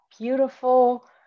beautiful